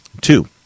Two